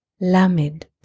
LAMED